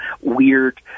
weird